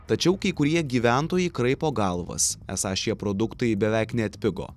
tačiau kai kurie gyventojai kraipo galvas esą šie produktai beveik neatpigo